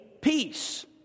peace